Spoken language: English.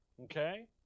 Okay